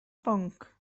bwnc